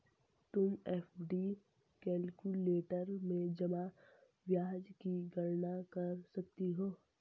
तुम FD calculator में जमा ब्याज की गणना कर सकती हो